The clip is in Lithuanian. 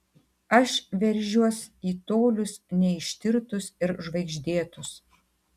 aš veržiuos į tolius neištirtus ir žvaigždėtus